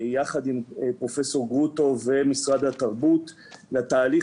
ביחד עם פרופ' גרוטו ומשרד התרבות לתהליך